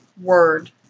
word